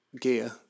gear